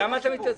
למה אתה מתעצבן?